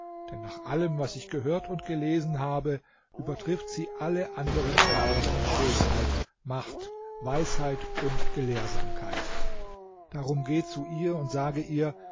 denn nach allem was ich gehört und gelesen habe übertrifft sie alle anderen frauen an schönheit macht weisheit und gelehrsamkeit darum geh zu ihr und sage ihr